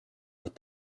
with